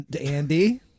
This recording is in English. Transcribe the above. Andy